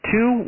Two